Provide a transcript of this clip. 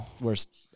worst